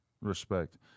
Respect